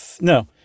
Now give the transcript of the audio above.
no